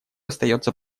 остается